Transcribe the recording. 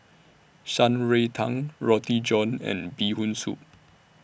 Shan Rui Tang Roti John and Bee Hoon Soup